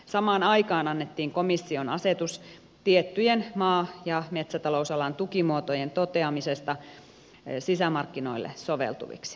samaan aikaan annettiin komission asetus tiettyjen maa ja metsätalousalan tukimuotojen toteamisesta sisämarkkinoille soveltuviksi